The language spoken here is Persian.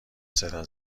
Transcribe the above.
صدا